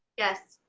yes.